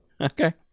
Okay